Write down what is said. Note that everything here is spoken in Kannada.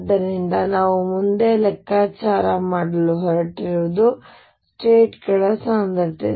ಆದ್ದರಿಂದ ನಾವು ಮುಂದೆ ಲೆಕ್ಕಾಚಾರ ಮಾಡಲು ಹೊರಟಿರುವುದು ಸ್ಟೇಟ್ ಗಳ ಸಾಂದ್ರತೆ